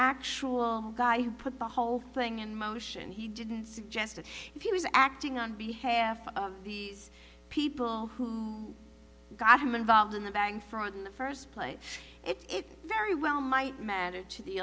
actual guy who put the whole thing in motion he didn't suggest if he was acting on behalf of these people who got him involved in the bank fraud in the first place it very well might matter to the